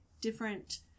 different